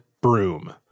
broom